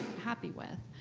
happy with.